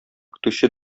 көтүче